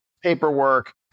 paperwork